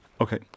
Okay